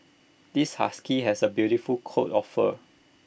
this husky has A beautiful coat of fur